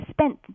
spent